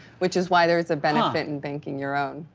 which is why there's a benefit in banking your own.